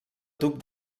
tub